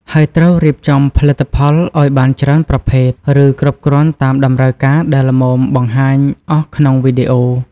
ហើយត្រូវរៀបចំផលិតផលឲ្យបានច្រើនប្រភេទ ឬគ្រប់គ្រាន់តាមតម្រូវការដែលល្មមបង្ហាញអស់ក្នុងវីឌីអូ។